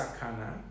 sakana